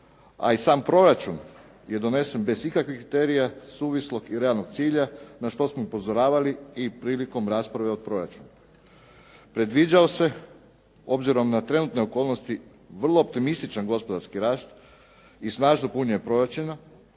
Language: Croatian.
a i sam proračun je donesen bez ikakvih kriterija suvislog i realnog cilja, na što smo upozoravali i prilikom rasprave o proračunu. Predviđao se obzirom na trenutne okolnosti vrlo optimističan gospodarski rast i snažno punjenje proračuna,